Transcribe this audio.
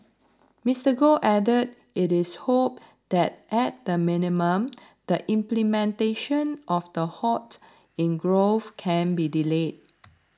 Mister Goh added it is hoped that at the minimum the implementation of the halt in growth can be delayed